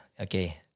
Okay